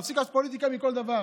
תפסיק לעשות פוליטיקה מכל דבר.